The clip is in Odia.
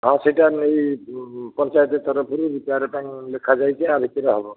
ହଁ ସେହିଟା ଆମେ ଏହି ପଞ୍ଚାୟତ ତରଫରୁ ରିପେୟାର୍ ପାଇଁ ଲେଖା ଯାଇଛି ୟା ଭିତରେ ହେବ